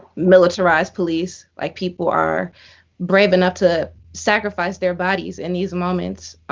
militarized police. like, people are brave enough to sacrifice their bodies in these moments.